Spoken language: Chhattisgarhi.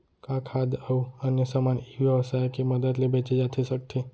का खाद्य अऊ अन्य समान ई व्यवसाय के मदद ले बेचे जाथे सकथे?